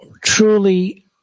truly